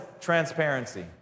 transparency